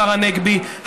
השר הנגבי,